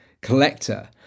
collector